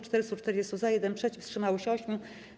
440 - za, 1 - przeciw, wstrzymało się 8.